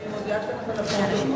אני מודיעה, לפרוטוקול.